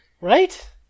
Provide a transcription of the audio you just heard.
Right